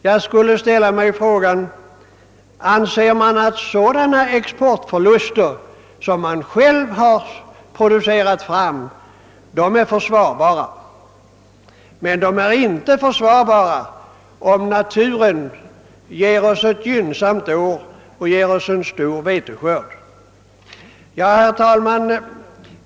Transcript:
Jag ställer mig frågan: Anser man att de exportförluster, som man så att säga själv producerar fram, är försvarbara, medan motsvarande exportförluster inte är försvarbara om naturen ett gynnsamt år ger oss en stor veteskörd? Herr talman!